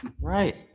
Right